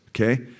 Okay